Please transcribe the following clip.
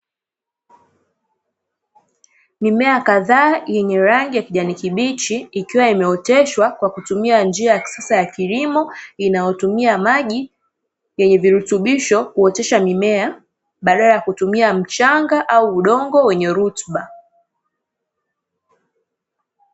Mimea kadhaa yenye rangi ya kijani kibichi ikiwa imeoteshwa kwa kutumia njia ya kisasa ya kilimo inayotumia maji yenye virutubisho kuotesha mimea, badala ya kutumia mchanga au udongo wenye rutuba.